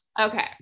okay